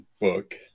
book